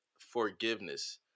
Forgiveness